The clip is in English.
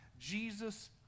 Jesus